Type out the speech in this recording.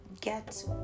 get